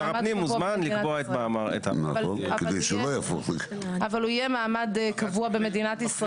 אז שר הפנים מוזמן לקבוע --- אבל הוא יהיה מעמד קבוע במדינת ישראל.